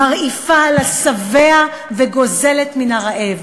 מרעיפה על השבע וגוזלת מן הרעב,